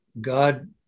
God